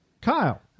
Kyle